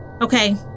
Okay